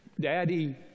Daddy